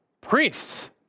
priests